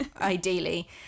ideally